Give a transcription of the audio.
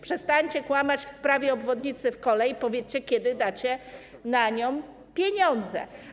Przestańcie kłamać w sprawie obwodnicy Koła i powiedzcie, kiedy dacie na nią pieniądze.